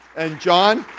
and john,